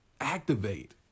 activate